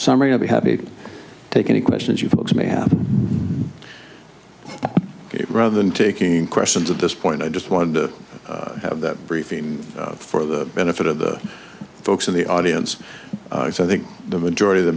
summer be happy to take any questions you folks may have rather than taking questions at this point i just wanted to have that briefing for the benefit of the folks in the audience i think the majority of the